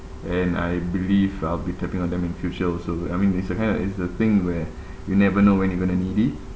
and I believe I'll be tapping on them in future also I mean it's the kind it's the thing where you never know when you're going to need it